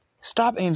Stop